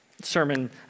sermon